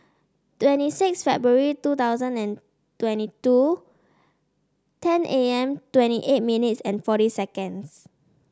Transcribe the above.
twenty six February two thousand and twenty two ten A M twenty eight minutes and forty seconds